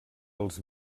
els